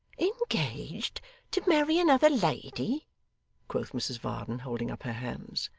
engaged to marry another lady quoth mrs varden, holding up her hands.